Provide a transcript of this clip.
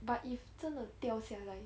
but if 真的掉下来